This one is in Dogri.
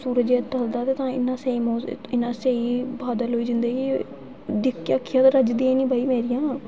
जिसलै सूरज ढलदा ते इन्ना सेही बादल होई जंदे कि दिक्खी दिक्खी अक्खीं रजदियां नीं मेरियां